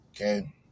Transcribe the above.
Okay